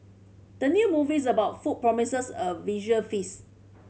the new movies about food promises a visual feast